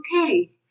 okay